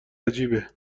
عجیبه